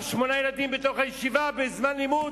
שמונה ילדים בתוך הישיבה בזמן לימוד,